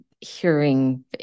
hearing